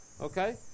okay